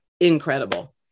incredible